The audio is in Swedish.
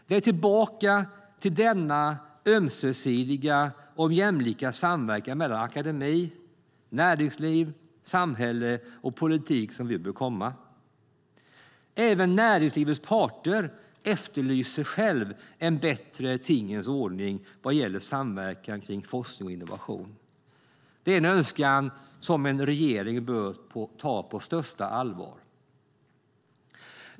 Det är tillbaka till denna ömsesidiga och jämlika samverkan mellan akademi, näringsliv, samhälle och politik som vi bör komma. Även näringslivets parter efterlyser själva en bättre tingens ordning vad gäller samverkan kring forskning och innovation. Det är en önskan som en regering bör ta på största allvar.